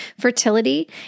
fertility